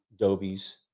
dobies